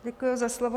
Děkuji za slovo.